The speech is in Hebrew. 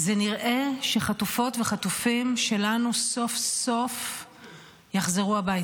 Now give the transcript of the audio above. נראה שחטופות וחטופים שלנו סוף-סוף יחזרו הביתה.